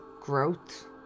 growth